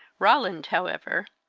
roland, however,